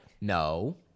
No